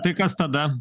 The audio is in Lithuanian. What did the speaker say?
tai kas tada